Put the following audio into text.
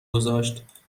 گذاشت